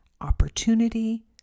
opportunity